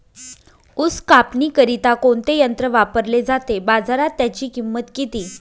ऊस कापणीकरिता कोणते यंत्र वापरले जाते? बाजारात त्याची किंमत किती?